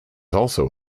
also